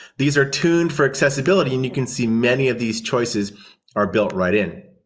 these are tuned for accessibility, and you can see many of these choices are built right in.